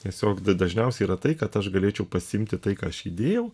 tiesiog d dažniausiai yra tai kad aš galėčiau pasiimti tai ką aš įdėjau